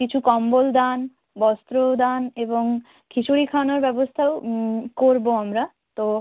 কিছু কম্বল দান বস্ত্রও দান এবং খিচুড়ি খাওয়ানোর ব্যবস্থাও করবো আমরা তো